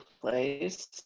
place